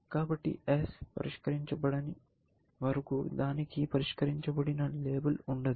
కాబట్టి S పరిష్కరించబడని వరకు దానికి పరిష్కరించబడిన లేబుల్ ఉండదు